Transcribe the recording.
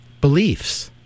beliefs